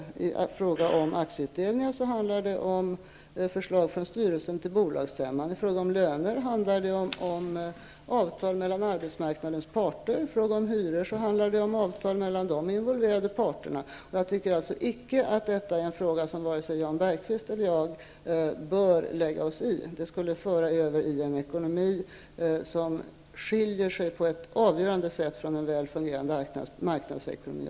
I fråga om aktieutdelningar handlar det om förslag från styrelsen till bolagsstämman. I fråga om löner handlar det om avtal mellan arbetsmarknadens parter. Och i fråga om hyror handlar det om avtal mellan involverade parter. Jag tycker alltså att detta är en fråga som icke vare sig Jan Bergqvist eller jag bör lägga oss i. Det skulle föra över i en ekonomi, som på ett avgörande sätt skiljer sig från en väl fungerande marknadsekonomi.